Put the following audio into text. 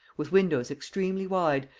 with windows extremely wide,